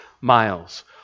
miles